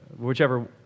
whichever